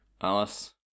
Alice